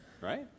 right